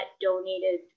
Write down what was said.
donated